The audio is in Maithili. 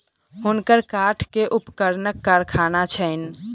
हुनकर काठ के उपकरणक कारखाना छैन